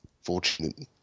fortunate